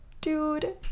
dude